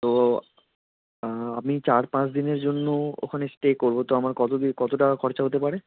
তো আমি চার পাঁচদিনের জন্য ওখানে স্টে করব তো আমার কত দিনে কত টাকা খরচা হতে পারে